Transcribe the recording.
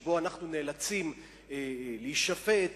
שבו אנחנו נאלצים להישפט,